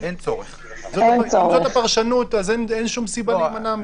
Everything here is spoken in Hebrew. אם זאת הפרשנות, אין סיבה להימנע מזה.